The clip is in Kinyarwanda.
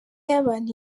y’abantu